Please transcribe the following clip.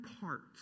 parts